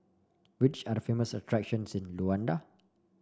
which are the famous attractions in Luanda